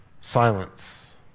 Silence